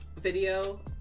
video